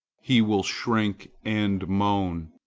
he will shrink and moan.